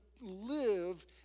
live